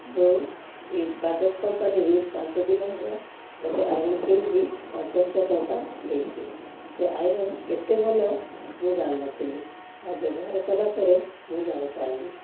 ମୁଁ ଏଇ ବାଜାଜ କମ୍ପାନୀରୁ ପାଞ୍ଚ ଦିନ ହେବ ଗୋଟେ ଆଇରନ କିଣିଛି ପାଞ୍ଚ ହଜାର ଟଙ୍କା ଦେଇଛି ସେ ଆଇରନ ଏତେ ଭଲ ମୁଁ ଜାଣିନଥିଲି ତା' ବ୍ୟବହାର କଲାପରେ ମୁଁ ଜାଣି ପାରିଲି